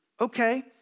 Okay